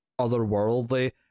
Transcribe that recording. otherworldly